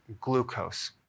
glucose